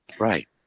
Right